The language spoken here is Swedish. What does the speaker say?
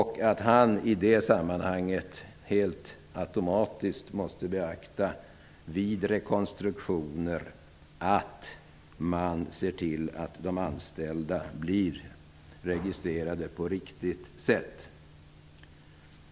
Han måste i det sammanhanget vid rekonstruktioner helt automatiskt beakta att de anställda blir registrerade på ett riktigt sätt.